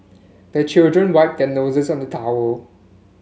the children wipe their noses on the towel